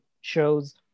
shows